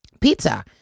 pizza